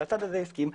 הצד הזה הסכים,